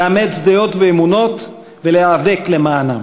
לאמץ דעות ואמונות ולהיאבק למענן.